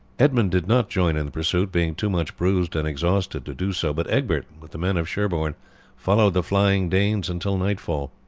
edmund did not join in the pursuit, being too much bruised and exhausted to do so but egbert with the men of sherborne followed the flying danes until nightfall.